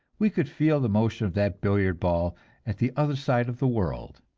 we could feel the motion of that billiard ball at the other side of the world,